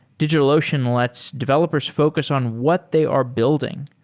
digitalocean lets developers focus on what they are building.